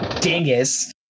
dingus